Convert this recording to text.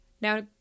Now